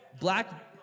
Black